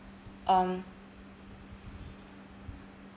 on